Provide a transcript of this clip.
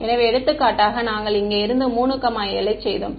எனவே எடுத்துக்காட்டாக நாங்கள் இங்கே இருந்து 3 7 யை செய்தோம்